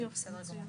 בסדר גמור.